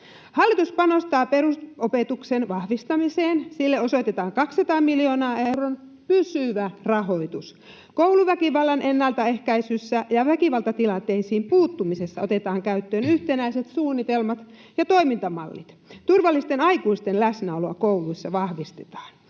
Hallitus panostaa perusopetuksen vahvistamiseen. Sille osoitetaan 200 miljoonan euron pysyvä rahoitus. Kouluväkivallan ennalta ehkäisyssä ja väkivaltatilanteisiin puuttumisessa otetaan käyttöön yhtenäiset suunnitelmat ja toimintamallit. Turvallisten aikuisten läsnäoloa kouluissa vahvistetaan.